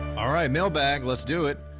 um all right, mail bag, let's do it.